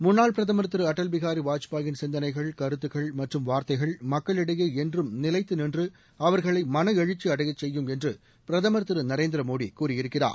முன்னாள் பிரதமர் திரு அட்டல் பிகாரி வாஜ்பாயிள் சிந்தனைகள் கருத்துக்கள் மற்றும் வார்த்தைகள் மக்களிடையே என்றும் நிலைத்து நின்று அவர்களை மனஎழுக்சி அடையச் செய்யும் என்று பிரதமர் திரு நரேந்திர மோடி கூறியிருக்கிறார்